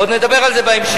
עוד נדבר על זה בהמשך.